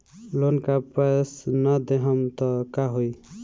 Loan का पैस न देहम त का होई?